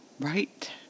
right